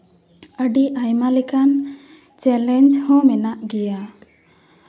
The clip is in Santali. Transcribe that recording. ᱟᱹᱰᱤ ᱟᱭᱢᱟ ᱞᱮᱠᱟᱱ ᱪᱮᱞᱮᱧᱡᱽ ᱦᱚᱸ ᱢᱮᱱᱟᱜ ᱜᱮᱭᱟ